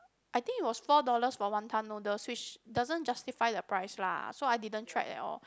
I think it was four dollars for wanton noodles which doesn't justify the price lah so I didn't tried at all